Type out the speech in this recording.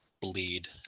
bleed